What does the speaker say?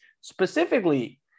specifically